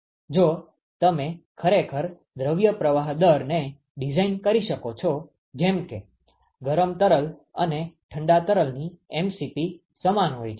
જો તમે ખરેખર દ્રવ્ય પ્રવાહ દરને ડિઝાઇન કરી શકો છો જેમ કે ગરમ તરલ અને ઠંડા તરલની mCp સમાન હોય છે